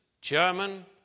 German